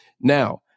Now